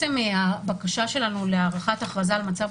הבקשה שלנו להארכת ההכרזה על המצב